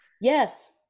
Yes